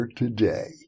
today